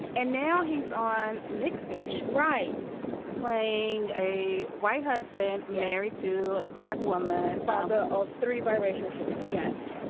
and now he's on mixed dish. wright's playing a white has been married to a black woman, father of three biracial children yes.